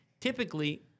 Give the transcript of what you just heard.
typically